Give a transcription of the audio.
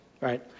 right